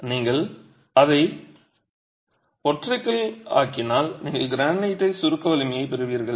நீங்கள் அதை ஒற்றைக்கல் ஆக்கினால் நீங்கள் கிரானைட் சுருக்க வலிமையைப் பெறுவீர்கள்